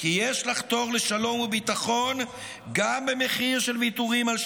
כי יש לחתור לשלום וביטחון גם במחיר של ויתורים על שטחים.